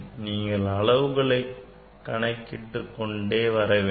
நீங்கள் அளவுகளை கணக்கிட்டு கொண்டே வர வேண்டும்